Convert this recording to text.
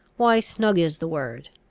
why snug is the word.